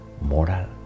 moral